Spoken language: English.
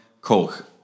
Koch